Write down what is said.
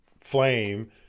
flame